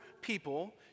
people